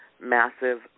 massive